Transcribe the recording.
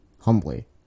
Humbly